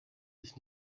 sich